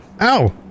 Ow